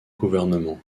gouvernement